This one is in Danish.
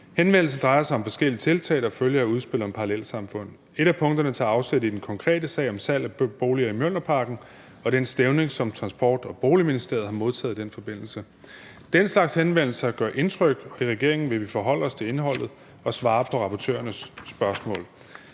Henvendelsen drejer sig om forskellige tiltag, der følger af udspillet om parallelsamfund. Et af punkterne tager afsæt i den konkrete sag om salg af boliger i Mjølnerparken og den stævning, som Transport- og Boligministeriet har modtaget i den forbindelse. Den slags henvendelser gør indtryk. I regeringen vil vi forholde os til indholdet og svare på rapportørernes spørgsmål.